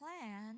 plan